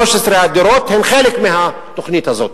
13 הדירות הן חלק מהתוכנית הזאת.